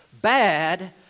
Bad